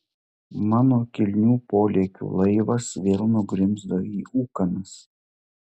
mano kilnių polėkių laivas vėl nugrimzdo į ūkanas